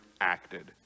acted